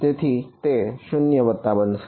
તેથી તે 0 વત્તા બનશે